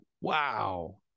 Wow